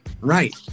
Right